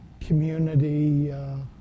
community